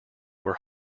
were